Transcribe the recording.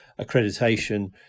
accreditation